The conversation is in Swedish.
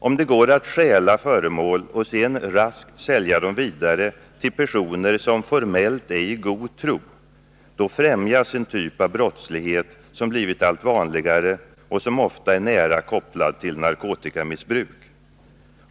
Om det går att stjäla föremål och sedan raskt sälja dem vidare till personer som formellt är i god tro, främjas en typ av brottslighet som blivit allt vanligare och som ofta är nära kopplad till narkotikamissbruk.